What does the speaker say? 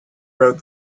wrote